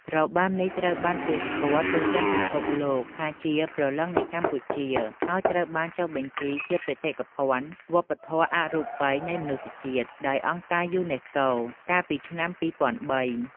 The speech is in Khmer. របាំនេះត្រូវបានគេស្គាល់ទូទាំងពិភពលោកថាជា "ព្រលឹងនៃកម្ពុជា" ហើយត្រូវបានចុះបញ្ជីជា បេតិកភណ្ឌវប្បធម៌អរូបីនៃមនុស្សជាតិ ដោយអង្គការយូណេស្កូ កាលពីឆ្នាំ ២០០៣។